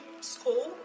school